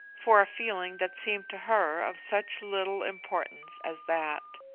for a feeling that seemed to her of such little importance as that.